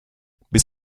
bis